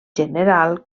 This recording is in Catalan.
general